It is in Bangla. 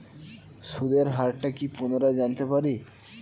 সুদের হার টা কি পুনরায় জানতে পারি?